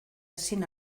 ezin